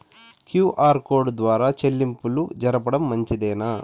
QR code ద్వారా చెల్లింపులు జరపడం మంచిదేనా?